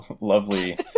lovely